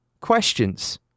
questions